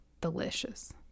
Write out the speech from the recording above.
Delicious